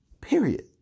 Period